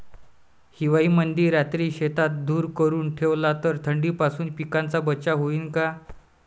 हिवाळ्यामंदी रात्री शेतात धुर करून ठेवला तर थंडीपासून पिकाचा बचाव होईन का?